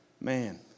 Man